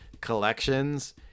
collections